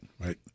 right